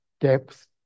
depth